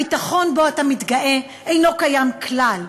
הביטחון שבו אתה מתגאה אינו קיים כלל.